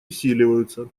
усиливаются